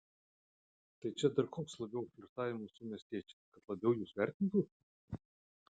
tai čia dar toks labiau flirtavimas su miestiečiais kad labiau jus vertintų